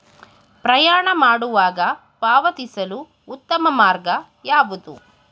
ಪ್ರಯಾಣ ಮಾಡುವಾಗ ಪಾವತಿಸಲು ಉತ್ತಮ ಮಾರ್ಗ ಯಾವುದು?